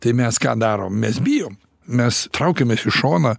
tai mes ką darom mes bijom mes traukiamės į šoną